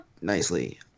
nicely